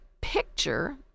picture